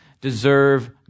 deserve